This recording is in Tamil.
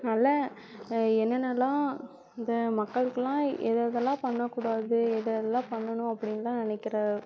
நல்ல என்னென்னல்லாம் இந்த மக்களுக்குலாம் எதை எதெல்லாம் பண்ணக்கூடாது எதை எதெல்லாம் பண்ணணும் அப்படின்லாம் நினைக்குற